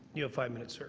you have five minutes,